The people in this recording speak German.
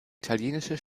italienische